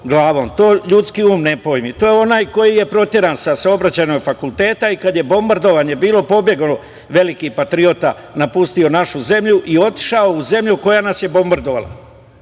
glavom. To ljudski um ne pojmi. To je onaj koji je proteran sa Saobraćajnog fakulteta i kada je bombardovanje bilo pobegao je, veliki patriota, napustio našu zemlju i otišao u zemlju koja nas je bombardovala,